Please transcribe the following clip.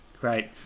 Great